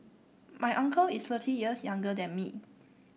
my uncle is thirty years younger than me